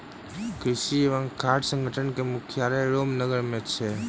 कृषि एवं खाद्य संगठन के मुख्यालय रोम नगर मे अछि